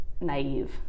naive